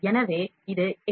எனவே இது எஃப்